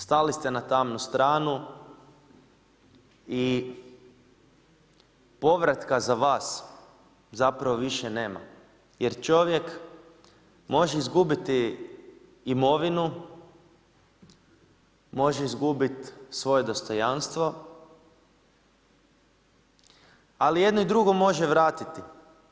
Stali ste na tamnu stranu i povratka za vas zapravo više nema, jer čovjek može izgubiti imovinu, može izgubiti svoje dostojanstvo ali i jedno i drugo može vratiti.